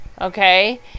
okay